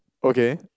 okay